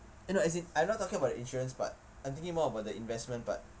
eh no as in I'm not talking about the insurance part I'm thinking more about the investment part